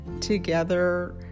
together